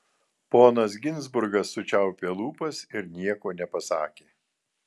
ponas ginzburgas sučiaupė lūpas ir nieko nepasakė